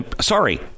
sorry